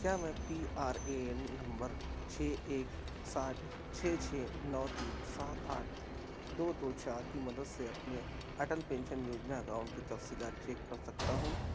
کیا میں P R A N number چھ ایک سات چھ چھ نو تین سات آٹھ دو دو چار کی مدد سے اپنے اٹل پینشن یوجنا اکاؤنٹ کی تفصیلات چیک کر سکتا ہوں